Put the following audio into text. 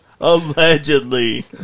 Allegedly